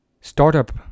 startup